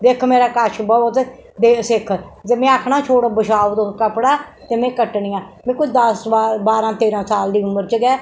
देक्ख मेरे कश बौह् ते सेक्ख ते में आखना छोड़ो बछाओ तुस कपड़ा ते में कट्टनी आं में कोई दस बारां तेरां साल दी उम्र च गै